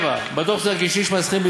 7. בדוח צוין כי